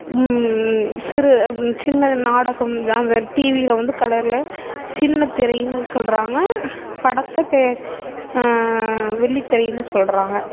சிறு சின்ன நாடகம் அந்த டிவியில் வந்து கலரில் சின்னத்திரைன்னு சொல்கிறாங்க படத்தை பெ வெள்ளித்திரைன்னு சொல்கிறாங்க